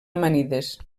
amanides